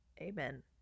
Amen